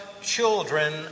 children